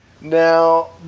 Now